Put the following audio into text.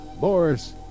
Boris